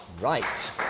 Right